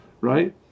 Right